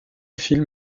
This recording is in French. film